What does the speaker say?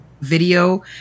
video